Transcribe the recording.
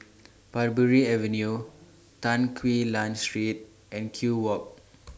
Parbury Avenue Tan Quee Lan Street and Kew Walk